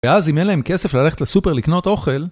ואז אם אין להם כסף ללכת לסופר לקנות אוכל